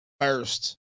first